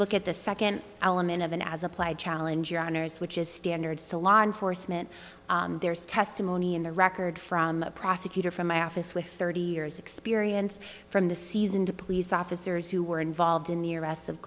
look at the second element of an as applied challenge your honour's which is standard so law enforcement there is testimony in the record from a prosecutor from my office with thirty years experience from the season to police officers who were involved in the arrests of